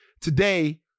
today